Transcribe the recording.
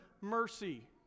mercy